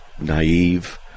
naive